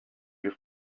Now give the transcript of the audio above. you